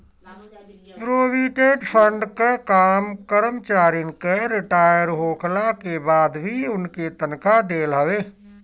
provident fund कअ काम करमचारिन के रिटायर होखला के बाद भी उनके तनखा देहल हवे